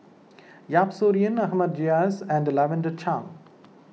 Yap Su Yin Ahmad Jais and Lavender Chang